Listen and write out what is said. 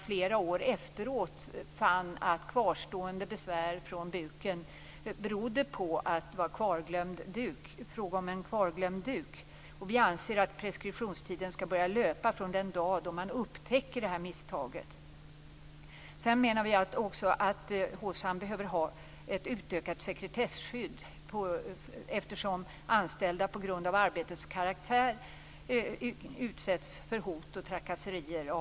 Flera år efteråt fann man att kvarstående besvär från buken berodde på en kvarglömd duk. Vi anser att preskriptionstiden skall börja löpa från den dag då man upptäcker ett sådant här misstag. Vidare menar vi att HSAN behöver ha ett utökat sekretesskydd eftersom anställda på grund av arbetets karaktär av och till utsätts för hot och trakasserier.